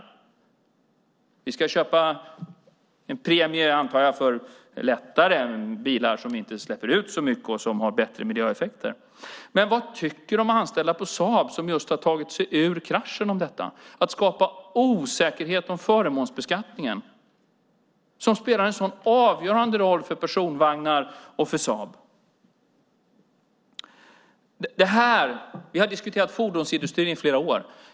Jag antar att det ska vara en premie för att vi ska köpa lättare bilar som inte har så stora utsläpp och som har bättre miljöeffekter. Men vad tycker de anställda på Saab, som just har tagit sig ur kraschen, om detta och att man skapar osäkerhet om förmånsbeskattningen som spelar en så avgörande roll för Volvo Personvagnar och för Saab? Vi har diskuterat fordonsindustrin i flera år.